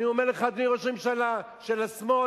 אני אומר לך, אדוני ראש הממשלה, של השמאל,